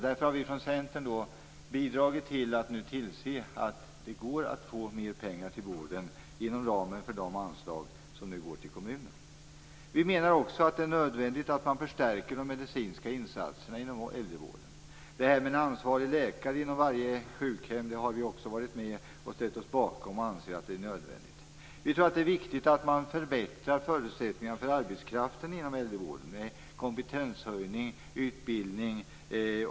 Därför har vi från Centern nu bidragit till att tillse att det går att få mer pengar till vården inom ramen för de anslag som nu går till kommunen. Vi menar också att det är nödvändigt att förstärka de medicinska insatserna inom äldrevården. Vi har även ställt oss bakom förslaget om en ansvarig läkare inom varje sjukhem, som vi anser nödvändigt. Vi tror att det är viktigt att man förbättrar förutsättningarna för arbetskraften inom äldrevården med kompetenshöjning och utbildning.